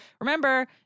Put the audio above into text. Remember